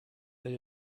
that